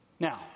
Now